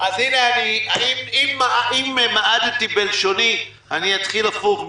אם מעדתי בלשוני, אני אתחיל הפוך,